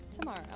tomorrow